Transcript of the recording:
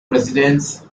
presidents